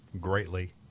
greatly